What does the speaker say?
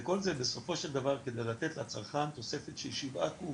וכל זה בסופו של דבר כדי לתת לצרכן תוספת של 7 קוב